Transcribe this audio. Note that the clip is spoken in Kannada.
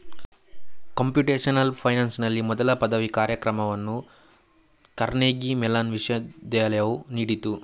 ಕಂಪ್ಯೂಟೇಶನಲ್ ಫೈನಾನ್ಸಿನಲ್ಲಿ ಮೊದಲ ಪದವಿ ಕಾರ್ಯಕ್ರಮವನ್ನು ಕಾರ್ನೆಗೀ ಮೆಲಾನ್ ವಿಶ್ವವಿದ್ಯಾಲಯವು ನೀಡಿತು